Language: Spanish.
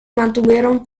mantuvieron